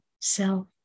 self